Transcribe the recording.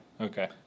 Okay